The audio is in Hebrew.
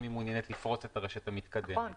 היא מעוניינת לפרוס את הרשת המתקדמת.